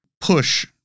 push